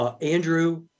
Andrew